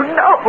no